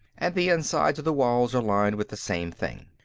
and the insides of the walls are lined with the same thing.